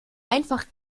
einfach